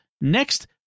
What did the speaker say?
next